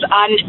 on